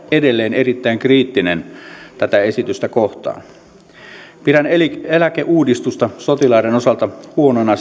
edelleen erittäin kriittinen tätä esitystä kohtaan pidän eläkeuudistusta sotilaiden osalta huonona